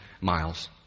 miles